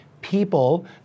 people